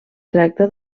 tracta